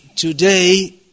Today